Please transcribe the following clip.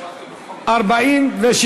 את הצעת חוק המכר (דירות) (תיקון,